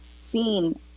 seen